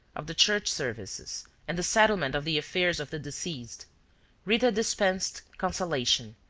of the church services and the settlement of the affairs of the deceased rita dispensed consolation,